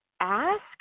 ask